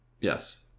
Yes